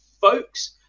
folks